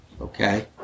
okay